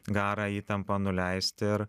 garą įtampą nuleist ir